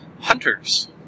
hunters